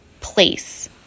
place